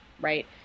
Right